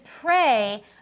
pray